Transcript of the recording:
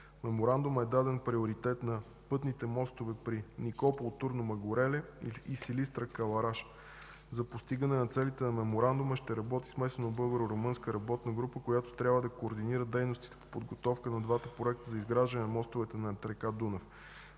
Меморандума е даден приоритет на пътните мостове при Никопол – Турну Мъгуреле и Силистра – Калараш. За постигане на целите на Меморандума ще работи смесена българо-румънска работна група, която трябва да координира дейностите по подготовка на двата проекта за изграждане на мостовете над река Дунав.